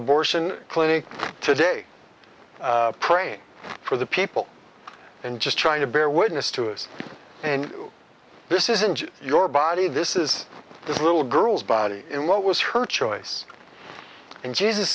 abortion clinic today praying for the people and just trying to bear witness to us and this isn't your body this is this little girl's body and what was her choice and jesus